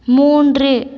மூன்று